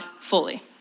fully